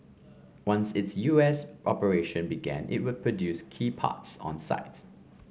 once its U S operation began it would produce key parts on site